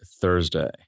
Thursday